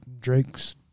Drake's